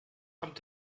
amt